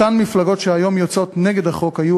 אותן מפלגות שהיום יוצאות נגד החוק היו